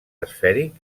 esfèric